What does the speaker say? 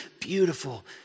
beautiful